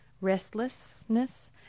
restlessness